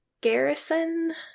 Garrison